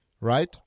right